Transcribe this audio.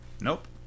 Nope